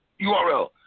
URL